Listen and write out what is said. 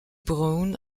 brown